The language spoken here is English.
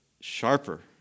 sharper